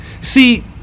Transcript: See